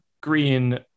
green